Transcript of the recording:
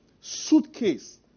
Suitcase